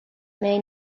may